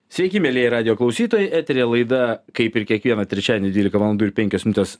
sveiki mielieji radijo klausytojai eteryje laida kaip ir kiekvieną trečiadienį dvylika valandų ir penkios minutės